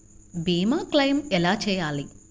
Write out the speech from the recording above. భీమ క్లెయిం ఎలా చేయాలి?